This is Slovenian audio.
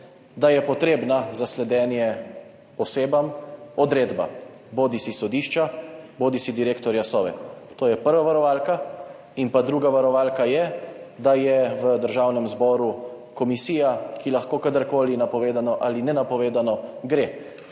Da je za sledenje osebam potrebna odredba, bodisi sodišča bodisi direktorja Sove. To je prva varovalka. Druga varovalka je, da je v Državnem zboru komisija, ki lahko kadarkoli napovedano ali nenapovedano gre